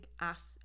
ask